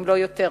אם לא יותר מכך,